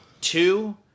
Two